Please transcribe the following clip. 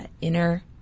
inner